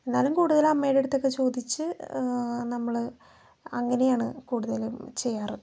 എന്നാലും കൂടുതൽ അമ്മയുടെ അടുത്തൊക്കെ ചോദിച്ച് നമ്മള് അങ്ങനെയാണ് കൂടുതലും ചെയ്യാറ്